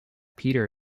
peter